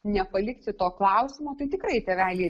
nepalikti to klausimo tai tikrai tėveliai